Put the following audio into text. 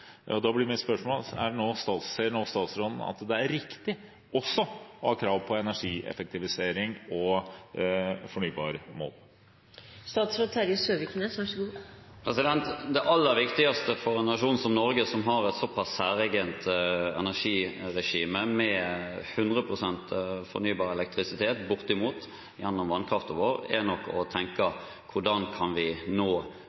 Da blir mitt spørsmål: Ser statsråden at det er riktig også å ha krav om energieffektivisering og fornybarmål? Det aller viktigste for en nasjon som Norge, som har et såpass særegent energiregime – med bortimot 100 pst. fornybar elektrisitet gjennom vannkraften sin – er nok å tenke: Hvordan kan vi nå